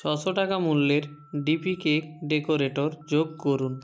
ছশো টাকা মূল্যের ডিপি কেক ডেকরেটর যোগ করুন